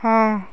ହଁ